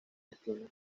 destino